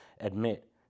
admit